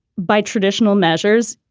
by traditional measures.